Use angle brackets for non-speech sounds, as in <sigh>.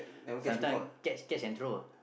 <breath> sometime catch catch and throw ah